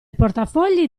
portafogli